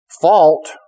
fault